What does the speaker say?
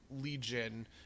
Legion